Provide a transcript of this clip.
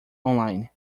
online